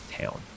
town